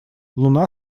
луна